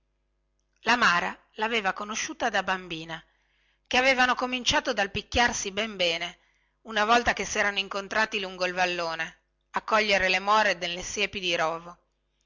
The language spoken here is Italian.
mara laveva conosciuta da bambina che avevano cominciato dal picchiarsi ben bene una volta che serano incontrati lungo il vallone a cogliere le more nelle siepi di rovo